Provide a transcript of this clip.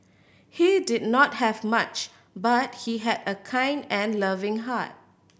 he did not have much but he had a kind and loving heart